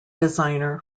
designer